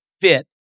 fit